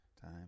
Time